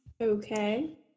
Okay